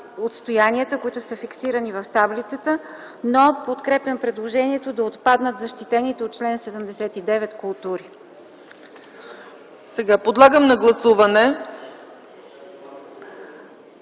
отстоянията, които са фиксирани в таблицата, но подкрепям предложението да отпаднат защитените от чл. 79 култури.